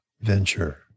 venture